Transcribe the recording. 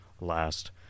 last